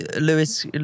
Lewis